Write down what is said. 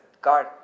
God